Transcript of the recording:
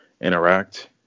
interact